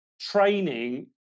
training